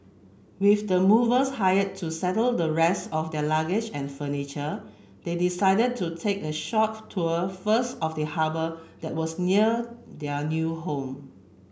with the movers hired to settle the rest of their luggage and furniture they decided to take a short tour first of the harbour that was near their new home